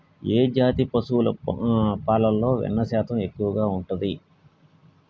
ఏ జాతి పశువుల పాలలో వెన్నె శాతం ఎక్కువ ఉంటది?